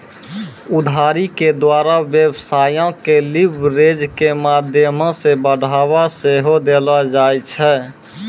उधारी के द्वारा व्यवसायो के लीवरेज के माध्यमो से बढ़ाबा सेहो देलो जाय छै